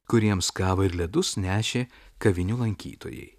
kuriems kavą ir ledus nešė kavinių lankytojai